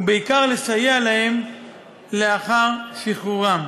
ובעיקר, לסייע להם לאחר שחרורם.